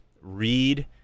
Read